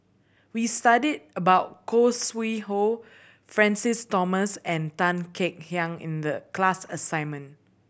we studied about Khoo Sui Hoe Francis Thomas and Tan Kek Hiang in the class assignment